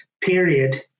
period